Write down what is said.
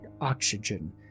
oxygen